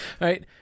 right